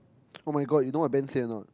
oh my god you know what Ben say a not